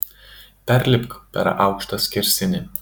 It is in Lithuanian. perlipk per aukštą skersinį